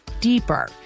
deeper